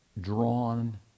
drawn